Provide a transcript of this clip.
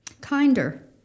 Kinder